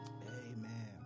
Amen